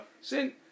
sin